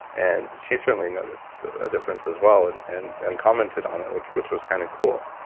and she certainly noticed a difference as well and and and commented on it, which which was kind of cool.